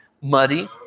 muddy